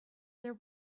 there